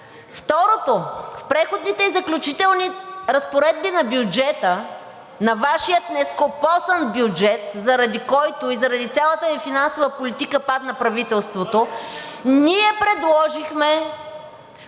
Второ, в Преходните и заключителните разпоредби на бюджета, на Вашия нескопосан бюджет, заради който и заради цялата Ви финансова политика падна правителството, ние предложихме